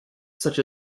such